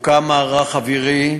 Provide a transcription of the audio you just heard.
הוקם מערך אווירי,